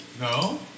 No